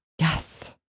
Yes